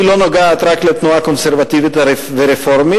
היא לא נוגעת רק לתנועה הקונסרבטיבית והרפורמית.